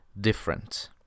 different